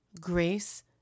grace